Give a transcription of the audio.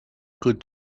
good